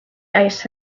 ice